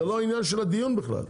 זה לא העניין של הדיון בכלל.